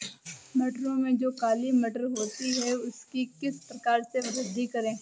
मटरों में जो काली मटर होती है उसकी किस प्रकार से वृद्धि करें?